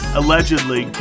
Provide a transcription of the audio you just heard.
allegedly